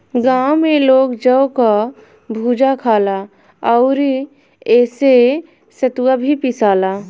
गांव में लोग जौ कअ भुजा खाला अउरी एसे सतुआ भी पिसाला